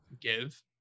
give